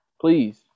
Please